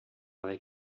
avec